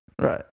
right